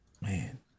Man